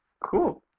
cool